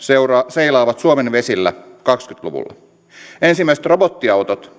seilaavat suomen vesillä kaksikymmentä luvulla ensimmäiset robottiautot